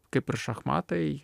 kaip ir šachmatai